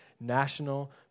national